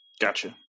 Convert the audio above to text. Gotcha